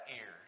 ears